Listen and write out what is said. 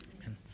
Amen